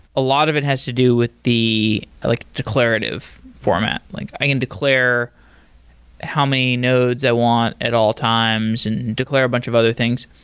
a lot of it has to do with the like declarative format. like i can declare how many nodes i want at all times and declare a bunch of other things.